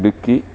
Idukki